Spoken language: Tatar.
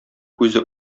күзе